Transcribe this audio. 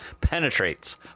penetrates